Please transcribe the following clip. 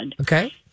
Okay